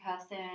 person